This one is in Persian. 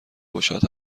گشاد